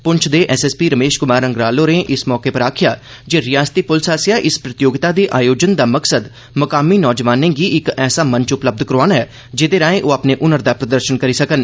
पुंछ दे एसएसपी रमेष कुमार अंगराल होरें इस मौके पर आखेआ जे रिआसती पुलस आसेआ इस प्रतियोगिता दे आयोजन दा मकसद मुकामी नौजवानें गी इक ऐसा मंच उपलब्ध करोआना ऐ जेहदे राएं ओह् अपने हुनर दा प्रदर्षन करी सकन